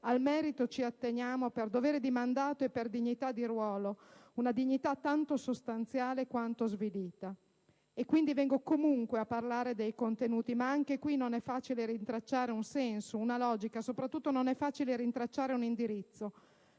al merito ci atteniamo per dovere di mandato e per dignità di ruolo, una dignità tanto sostanziale quanto svilita. Quindi, vengo comunque a parlare dei contenuti, ma anche in questo caso non è facile rintracciare un senso, una logica, soprattutto non è facile rintracciare un indirizzo.